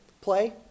play